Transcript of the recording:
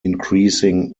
increasing